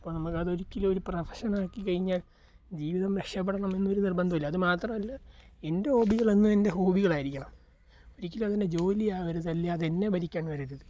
ഇപ്പോൾ നമുക്കതൊരിക്കലും ഒരു പ്രൊഫഷനാക്കി കഴിഞ്ഞാൽ ജീവിതം രക്ഷപ്പെടണം എന്നൊരു നിർബന്ധവും ഇല്ല അതു മാത്രവുമല്ല എൻ്റെ ഹോബികളെന്നും എൻ്റെ ഹോബികളായിരിക്കണം ഒരിക്കലും അതെൻ്റെ ജോലി ആവരുതല്ല അതെന്നെ ഭരിക്കാൻ വരരുത്